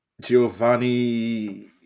Giovanni